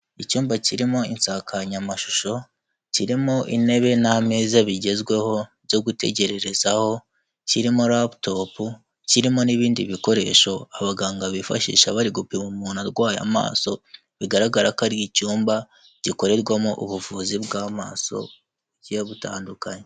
Icyumba kirimo insankanyamashusho, kirimo intebe n'ameza bigezweho byo gutegererezaho, kirimo laptop, kirimo n'ibindi bikoresho abaganga bifashisha bari gupima umuntu arwaye amaso, bigaragara ko ari icyumba gikorerwamo ubuvuzi bw'amaso bugiye butandukanye.